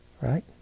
Right